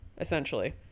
essentially